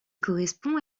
correspond